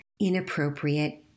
inappropriate